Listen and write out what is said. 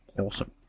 Awesome